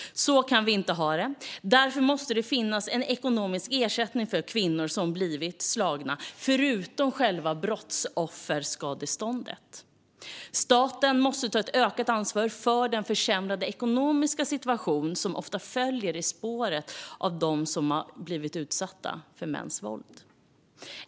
Så kan vi inte ha det. Därför måste det finnas en ekonomisk ersättning för kvinnor som blivit slagna, förutom själva brottsofferskadeståndet. Staten måste ta ett ökat ansvar för den försämrade ekonomiska situation som ofta följer i spåren för dem som blivit utsatta för mäns våld.